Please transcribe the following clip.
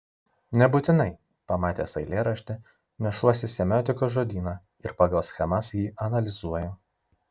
nebūtinai pamatęs eilėraštį nešuosi semiotikos žodyną ir pagal schemas jį analizuoju